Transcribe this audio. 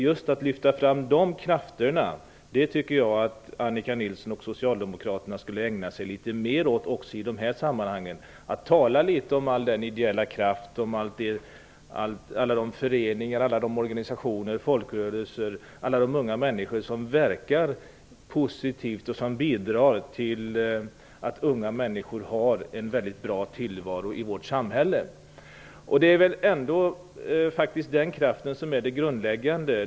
Jag tycker att Annika Nilsson och socialdemokraterna skull ägna sig litet mer åt att lyfta fram dessa krafter i de här sammanhangen. Ni skulle tala litet mer om all den ideella kraft, alla de föreningar, organisationer, folkrörelser och unga människor som verkar positivt och som bidrar till att unga människor har en bra tillvaro i vårt samhälle. Det är väl ändå den kraften som är grundläggande.